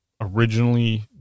originally